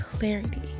clarity